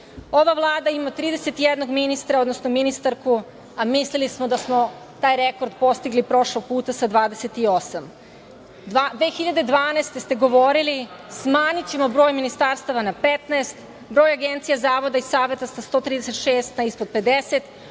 Ova vlada ima 31 ministra, odnosno ministarku, a mislili smo da smo taj rekord postigli prošlog puta sa 28.Godine 2012. ste govorili – smanjićemo broj ministarstava na 15, broj agencija, zavoda i saveta sa 136 na ispod 50,